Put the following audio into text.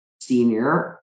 senior